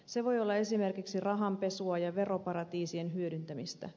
se voi olla esimerkiksi rahanpesua ja veroparatiisien hyödyntämistä